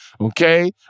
okay